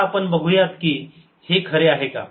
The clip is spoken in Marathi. आता आपण बघू यात कि हि खरे आहे का